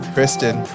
Kristen